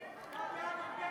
לעובדים.